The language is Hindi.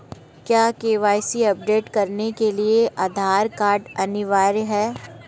क्या के.वाई.सी अपडेट करने के लिए आधार कार्ड अनिवार्य है?